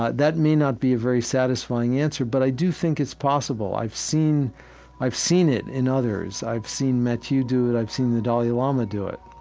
ah that may not be a very satisfying answer, but i do think it's possible. i've seen i've seen it in others. i've seen matthieu do it, i've seen the dalai lama do it